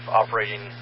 operating